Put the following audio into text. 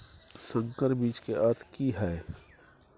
संकर बीज के अर्थ की हैय?